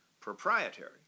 proprietary